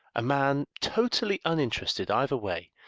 a man totally uninterested either way,